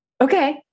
Okay